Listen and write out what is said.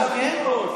ישבתי פה.